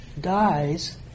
dies